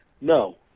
no